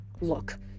Look